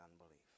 unbelief